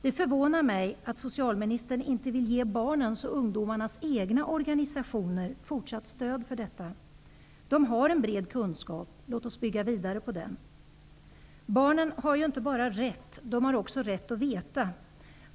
Det förvånar mig att socialministern inte vill ge barnens och ungdomarnas egna organisationer fortsatt stöd för detta. De har en bred kunskap. Låt oss bygga vidare på den! Barnen har ju inte bara rätt, utan de har också rätt att veta.